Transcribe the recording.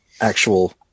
actual